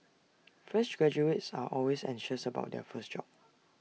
fresh graduates are always anxious about their first job